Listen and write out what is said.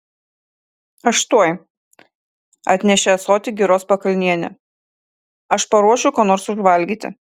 aš tuoj atnešė ąsotį giros pakalnienė aš paruošiu ko nors užvalgyti